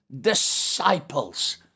disciples